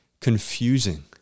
confusing